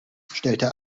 stellte